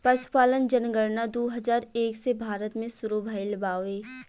पसुपालन जनगणना दू हजार एक से भारत मे सुरु भइल बावे